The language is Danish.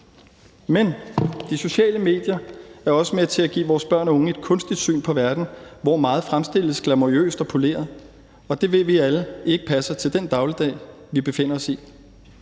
Men de sociale medier er også med til at give vores børn og unge et kunstigt syn på verden, hvor meget fremstilles glamourøst og poleret, og det ved vi alle ikke passer til den dagligdag, vi befinder os i.